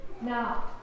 Now